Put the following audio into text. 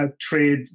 trade